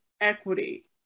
equity